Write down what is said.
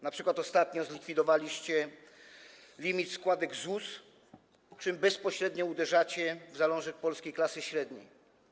Na przykład ostatnio zlikwidowaliście limit składek ZUS, czym bezpośrednio uderzacie w zalążek polskiej klasy średniej.